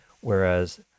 whereas